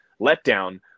letdown